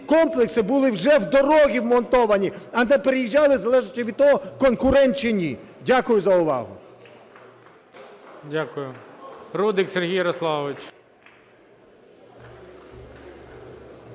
комплекси були вже в дороги вмонтовані, а не переїжджали в залежності від того, конкурент чи ні. Дякую за увагу.